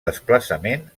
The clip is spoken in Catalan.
desplaçament